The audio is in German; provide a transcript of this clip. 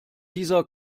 dieser